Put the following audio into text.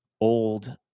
old